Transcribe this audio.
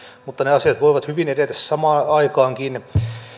mutta ne asiat voivat hyvin edetä samaan aikaankin